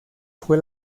fue